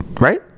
right